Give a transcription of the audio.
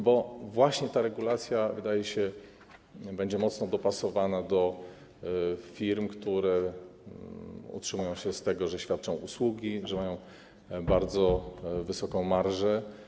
Bo właśnie ta regulacja, wydaje się, będzie mocno dopasowana do firm, które utrzymują się z tego, że świadczą usługi, że mają bardzo wysoką marżę.